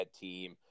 team